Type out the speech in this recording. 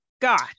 Got